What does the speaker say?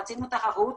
רצינו תחרות,